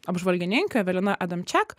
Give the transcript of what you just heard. apžvalgininkių evelina adamčiak